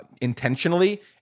intentionally